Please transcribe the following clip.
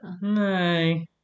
No